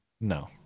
No